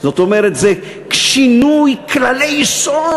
זאת אומרת, זה שינוי כללי יסוד.